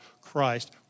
Christ